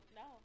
no